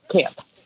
camp